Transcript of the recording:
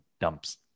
dumps